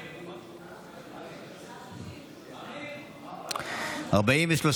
סעיפים 1 53 נתקבלו.